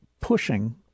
pushing